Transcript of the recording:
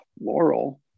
Laurel